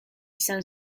izan